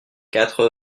quatre